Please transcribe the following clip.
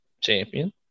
champion